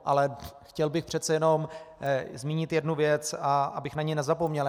Ale chtěl bych přece jenom zmínit jednu věc, abych na ni nezapomněl.